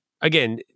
again